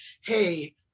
hey